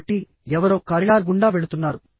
కాబట్టి ఎవరో కారిడార్ గుండా వెళుతున్నారు